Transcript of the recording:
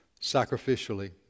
sacrificially